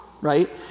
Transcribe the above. right